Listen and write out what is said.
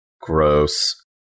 Gross